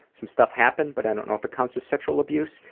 some stuff happened but i don't know if it counts as sexual abuse.